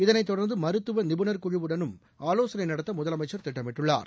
இதனைத் தொடர்ந்து மருத்துவ நிபுணர் குழுவுடனும் ஆவோசனை நடத்த முதலமைச்ச் திட்டமிட்டுள்ளார்